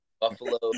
buffalo